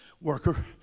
worker